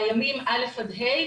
בימים א'-ה',